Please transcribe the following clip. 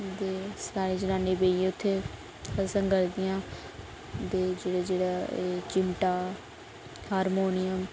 ते सारी जनानियां बेहिये उत्थै भजन करदियां ते जेह्ड़े जेह्ड़े एह् चिमटा हारमोनियम